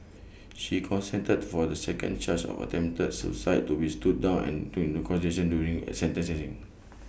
she consented for the second charge of attempted suicide to be stood down and taken into consideration during sentencing